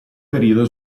periodo